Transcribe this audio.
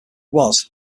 was